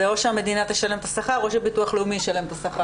זה או שהמדינה תשלם את השכר או שביטוח לאומי ישלם את השכר.